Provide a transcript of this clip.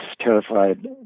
terrified